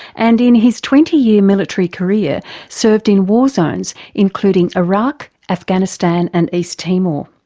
and in his twenty year military career served in war zones including iraq, afghanistan and east timor.